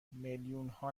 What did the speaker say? میلیونها